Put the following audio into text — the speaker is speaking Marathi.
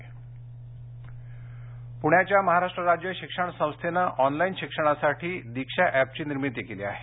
दीक्षा ऍप पुण्याच्या महाराष्ट्र राज्य शिक्षण संस्थेनं ऑनलाइन शिक्षणासाठी दीक्षा ऍपची निर्मिती केली आहे